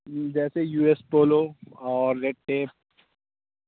جیسے U S polo اور red tyre